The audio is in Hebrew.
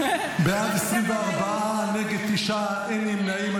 בעד, 24, נגד, תשעה, אין נמנעים.